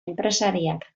enpresariak